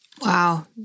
Wow